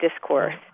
discourse